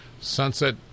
Sunset